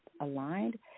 aligned